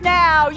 now